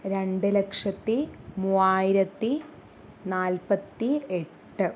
രണ്ട് ലക്ഷത്തി മൂവായിരത്തി നാല്പത്തി എട്ട്